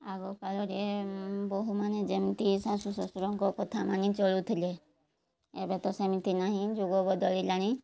ଆଗକାଳରେ ବୋହୁମାନେ ଯେମିତି ଶାଶୁ ଶଶୁରଙ୍କ କଥା ମାନି ଚଳୁଥିଲେ ଏବେ ତ ସେମିତି ନାହିଁ ଯୁଗ ବଦଳିଲାଣି